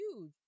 huge